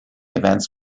events